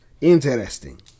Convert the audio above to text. interesting